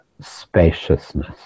spaciousness